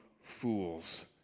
fools